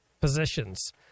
positions